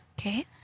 Okay